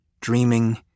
dreaming